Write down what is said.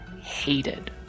hated